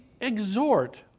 exhort